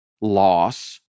Loss